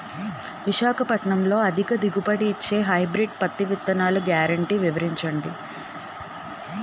విశాఖపట్నంలో అధిక దిగుబడి ఇచ్చే హైబ్రిడ్ పత్తి విత్తనాలు గ్యారంటీ వివరించండి?